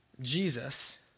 Jesus